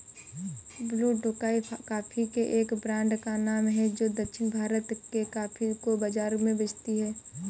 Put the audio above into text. blue Tokai coffee के एक brand का नाम है जो दक्षिण भारत के कॉफी को बाजार में बेचती है